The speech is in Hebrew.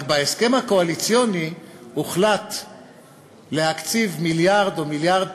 רק שבהסכם הקואליציוני הוחלט להקציב מיליארד או 1.3 מיליארד,